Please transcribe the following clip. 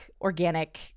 organic